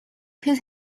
his